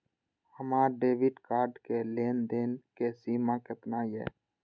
हमार debit card के लेन देन के सीमा केतना ये?